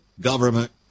government